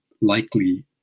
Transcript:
likely